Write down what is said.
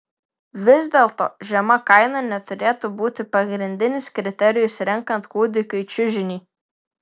vis dėlto žema kaina neturėtų būti pagrindinis kriterijus renkant kūdikiui čiužinį